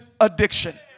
addiction